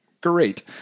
Great